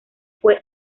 fue